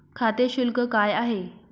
खाते शुल्क काय आहे?